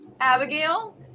Abigail